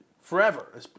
forever